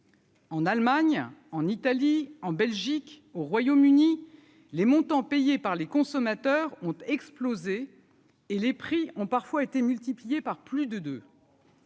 En Allemagne, en Italie, en Belgique, au Royaume-Uni, les montants payés par les consommateurs ont explosé et les prix ont parfois été multipliés par plus de deux.